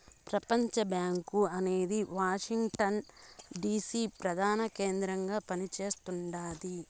ప్రపంచబ్యాంకు అనేది Washington DC ప్రదాన కేంద్రంగా పని చేస్తుండాది